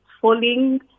falling